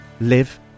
live